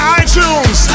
iTunes